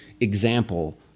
example